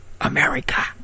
America